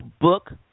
book